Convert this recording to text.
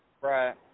Right